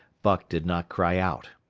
buck did not cry out.